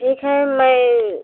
ठीक है मैं